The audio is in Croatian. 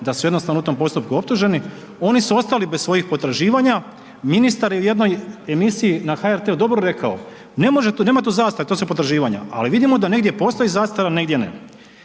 da su jednostavno u tom postupku optuženi, oni su ostali bez svojih potraživanja. Ministar je u jednoj emisiji na HRT-u dobro rekao, nema tu zastare, to su potraživanja, ali vidimo da negdje postoji zastara negdje ne.